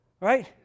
right